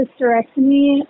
hysterectomy